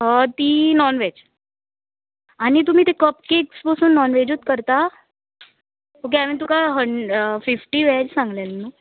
ती नॉनवेज आनी तुमी ते कपकेक्स पासून नॉन व्हेजूत करता ओके हांवें तुका हं फिफ्टी वॅज सांगलेली न्हू